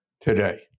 today